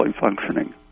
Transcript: functioning